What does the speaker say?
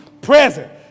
present